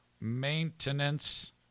maintenance